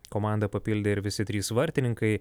komandą papildė ir visi trys vartininkai